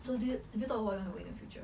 so do you have you thought about the future